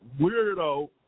weirdo